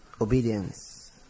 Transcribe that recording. obedience